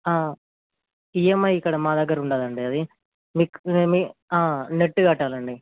EMI ఇక్కడ మా దగ్గర ఉండదు అండి అది మీకు మే నెట్ కట్టాలి అండి